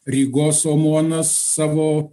rygos omonas savo